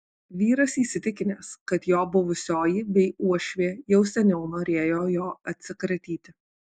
vyras įsitikinęs kad jo buvusioji bei uošvė jau seniau norėjo jo atsikratyti